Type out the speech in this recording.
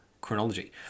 chronology